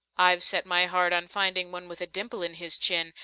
i've set my heart on finding one with a dimple in his chin,